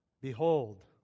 Behold